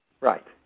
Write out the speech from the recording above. Right